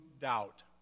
doubt